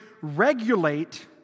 regulate